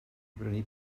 brynu